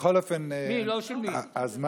בכל אופן, הזמן,